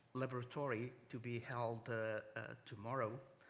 laboratory to be held tomorrow.